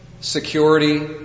security